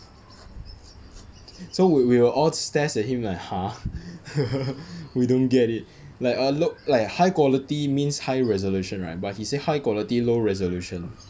so we will all stares at him like !huh! we don't get it like uh low like high quality means high resolution right but he say high quality low resolution